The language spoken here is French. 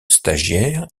stagiaire